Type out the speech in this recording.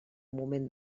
moment